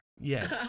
yes